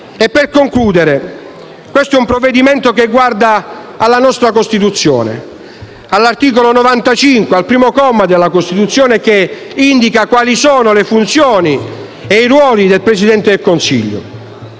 Per concludere, questo è un provvedimento che guarda alla nostra Costituzione, in particolare all'articolo 95, primo comma, che indica quali sono le funzioni e i ruoli del Presidente del Consiglio.